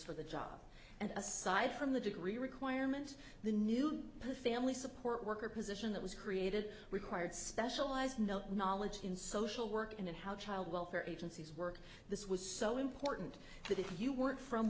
for the job and aside from the degree requirement the new family support worker position that was created required specialized knowledge in social work and in how child welfare agencies work this was so important that if you weren't from